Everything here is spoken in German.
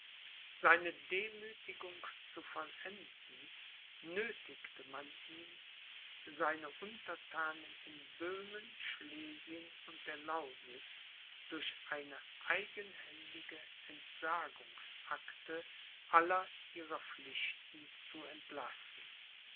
seine demüthigung zu vollenden nöthigte man ihn seine unterthanen in böhmen schlesien und der lausitz durch eine eigenhändige entsagungsakte aller ihrer pflichten zu entlassen